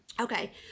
Okay